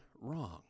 wrong